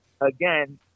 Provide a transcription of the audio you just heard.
again